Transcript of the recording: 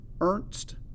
Ernst